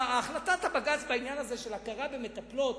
החלטת בג"ץ בעניין הזה של הכרה בהוצאות למטפלות